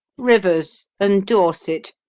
rivers and dorset,